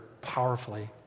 powerfully